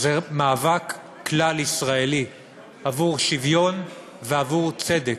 זה מאבק כלל-ישראלי עבור שוויון ועבור צדק,